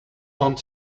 aunt